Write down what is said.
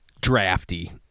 drafty